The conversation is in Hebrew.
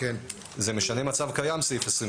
סעיף 21 משנה מצב קיים.